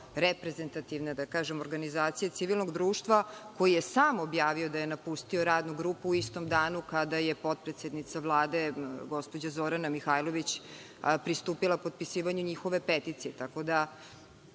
reprezentativne organizacije civilnog društva koji je sam objavio da je napustio radnu grupu u istom danu kada je potpredsednica Vlade, gospođa Zorana Mihajlović pristupila potpisivanju njihove peticije,